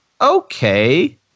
okay